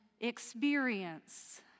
experience